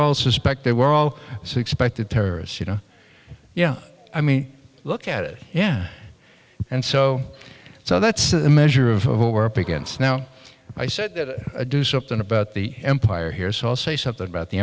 all suspect they were all so expected terrorists you know yeah i mean look at it yeah and so so that's a measure of what we're up against now i said do something about the empire here so i'll say something about the